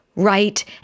right